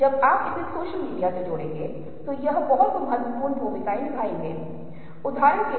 लेकिन एक और दिलचस्प बात है जो तब होती है जब हम रूप को पहचानते हैं और हम चीजों को एक साथ समूहित करते हैं